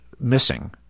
missing